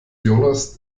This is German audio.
jonas